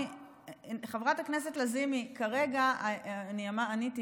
חברת הכנסת לזימי, כרגע עניתי.